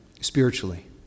spiritually